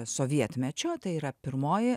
sovietmečio tai yra pirmoji